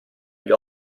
gli